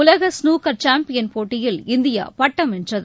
உலக snooker champion போட்டியில் India பட்டம் வென்றது